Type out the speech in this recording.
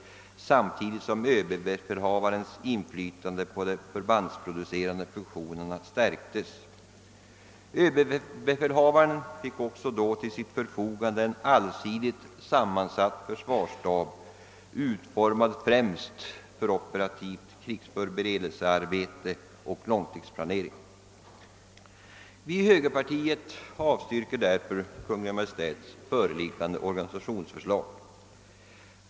Samtidigt stärktes överbefälhavarens inflytande på de förbandsproducerande funktionerna. Överbefälhavaren fick också då till sitt förfogande en allsidigt sammansatt försvarsstab, utformad främst med tanke på operativt krigsförberedelsearbete och långsiktsplanering. Vi i högerpartiet vill därför förorda att riksdagen avslår Kungl. Maj:ts föreliggande organisationsförslag.